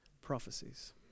prophecies